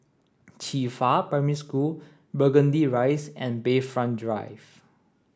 Qifa Primary School Burgundy Rise and Bayfront Drive